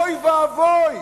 אוי ואבוי,